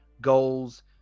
goals